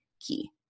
key